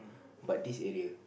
but this area